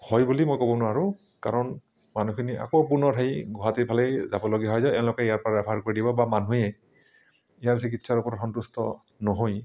হয় বুলি মই ক'ব নোৱাৰোঁ কাৰণ মানুহখিনি আকৌ পুনৰ সেই গুৱাহাটী ফালেই যাবলগীয়া হৈ যায় এওঁলোকে ইয়াৰ পৰা ৰেফাৰ কৰি দিব বা মানুহে ইয়াৰ চিকিৎসাৰ ওপৰত সন্তুষ্ট নহৈ